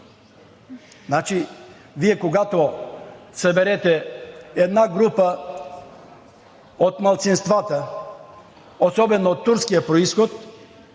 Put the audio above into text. Вие когато съберете една група от малцинствата, особено от турския произход,